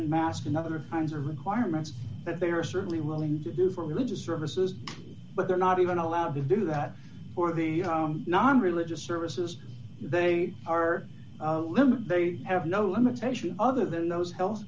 and mask and other kinds or requirements that they are certainly willing to do for religious services but they're not even allowed to do that for the non religious services they are they have no limitation other than those health